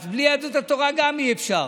אז בלי יהדות התורה גם אי-אפשר.